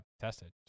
tested